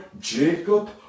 Jacob